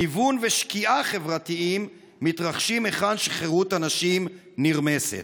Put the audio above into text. ניוון ושקיעה חברתיים מתרחשים היכן שחירות הנשים נרמסת.